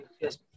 yes